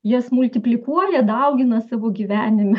jas multiplikuoja daugina savo gyvenime